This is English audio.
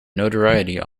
notoriety